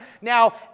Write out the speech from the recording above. now